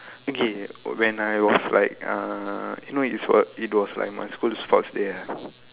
okay when I was like uh you know it was it was like my school sports day ah